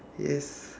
yes